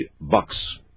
bucks